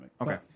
Okay